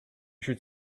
should